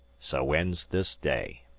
so ends this day.